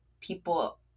people